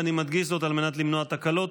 ואני מדגיש זאת על מנת למנוע תקלות,